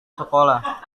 sekolah